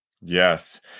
Yes